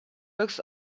looks